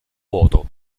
vuoto